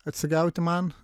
atsigauti man